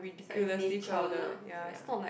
site in nature lah ya